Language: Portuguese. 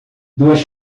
duas